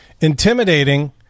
intimidating